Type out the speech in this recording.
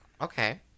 okay